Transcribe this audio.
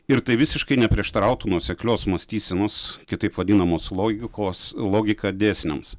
ir tai visiškai neprieštarautų nuoseklios mąstysenos kitaip vadinamos logikos logika dėsniams